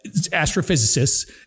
astrophysicists